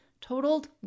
totaled